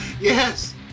Yes